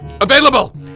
available